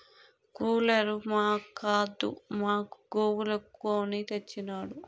cooler మాక్కాదు మా గోవులకు కొని తెచ్చినాడు